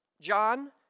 John